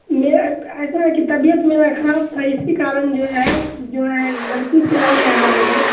ایسا ہے کہ طبیعت میرا خراب تھا اسی کارن جو ہے جو ہے غلطی سے ہو گیا ہوگا